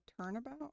turnabout